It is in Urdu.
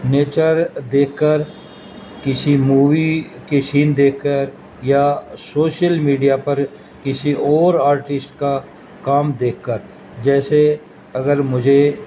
نیچر دیکھ کر کسی مووی کی شین دیکھ کر یا سوشل میڈیا پر کسی اور آرٹسٹ کا کام دیکھ کر جیسے اگر مجھے